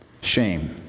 Shame